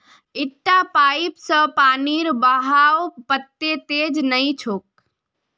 इटा पाइप स पानीर बहाव वत्ते तेज नइ छोक